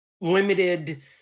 limited